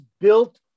built